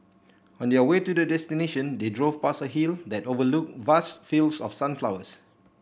on their way to the destination they drove past a hill that overlook vast fields of sunflowers